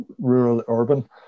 rural-urban